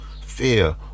fear